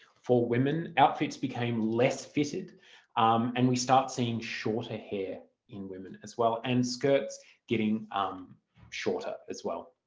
for women outfits became less fitted and we start seeing shorter hair in women as well and skirts getting um shorter as well.